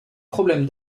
problèmes